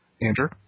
Andrew